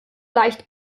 leicht